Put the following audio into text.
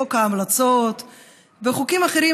חוק ההמלצות וחוקים אחרים,